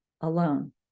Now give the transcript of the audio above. alone